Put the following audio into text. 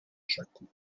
rzekł